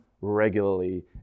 regularly